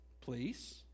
please